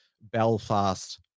Belfast